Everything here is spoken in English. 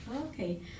okay